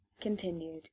continued